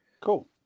Cool